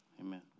Amen